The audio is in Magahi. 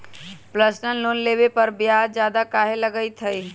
पर्सनल लोन लेबे पर ब्याज ज्यादा काहे लागईत है?